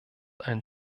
ein